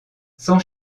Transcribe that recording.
sans